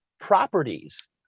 properties